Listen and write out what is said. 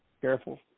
careful